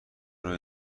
روی